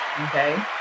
okay